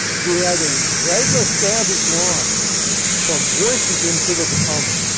we had a regular established line from washington to the potomac,